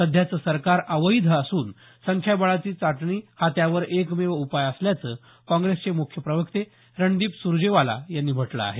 सध्याचं सरकार अवैध असून संख्याबळाची चाचणी हा त्यावर एकमेव उपाय असल्याचं काँग्रेसचे मुख्य प्रवक्ते रणदीप सुरजेवाला यांनी म्हटलं आहे